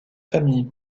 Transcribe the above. famille